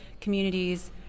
communities